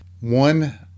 One